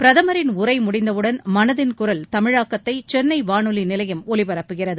பிரதமரின் உரை முடிந்தவுடன் மனதின் குரல் தமிழாக்கத்தை சென்னை வானொலி நிலையம் ஒலிபரப்புகிறது